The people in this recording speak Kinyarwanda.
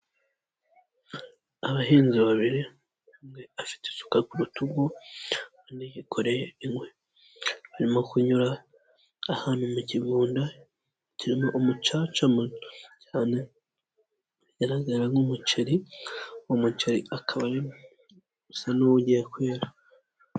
Abahinzi babiri umwe afite isuka ku rutugu undi yikoreye inkwi, barimo kunyura ahantu mu kigunda kirimo umucaca muto cyane ugaragara nk'umuceri w'umuceri akaba ari umuceri usa n'ugiye kwera.